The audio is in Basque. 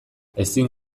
ezin